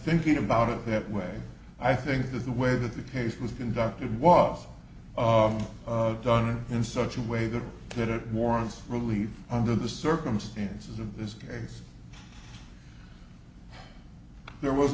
thinking about it that way i think that the way that the case was conducted was done in such a way that that it warrants relieve under the circumstances of this case there was